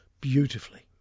beautifully